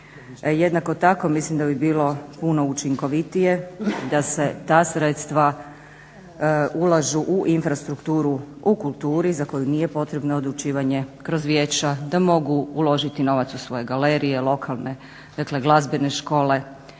Jednako tako mislim da bi bilo puno učinkovitije da se ta sredstva ulažu u infrastrukturu u kulturi za koju nije potrebno odlučivanje kroz vijeća, da mogu uložiti novac u svoje galerije lokalne, dakle glazbene škole.